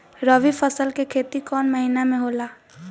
रवि फसल के खेती कवना महीना में होला?